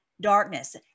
darkness